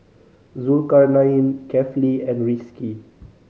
Zulkarnain Kefli and Rizqi